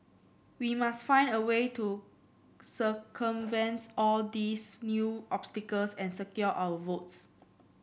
we must find a way to circumvents all these new obstacles and secure our votes